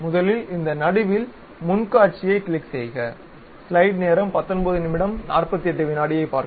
முதலில் இந்த நடுவில் முன் காட்சியைக் கிளிக் செய்க